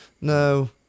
No